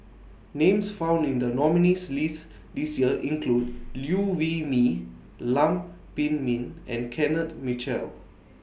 Names found in The nominees' list This Year include Liew Wee Mee Lam Pin Min and Kenneth Mitchell